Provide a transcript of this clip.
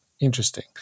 interesting